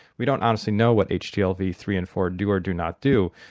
we don't honestly know what h t l v three and four do or do not do,